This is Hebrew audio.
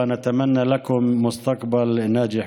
ואנו מאחלים לכם עתיד מוצלח,